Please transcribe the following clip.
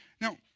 Now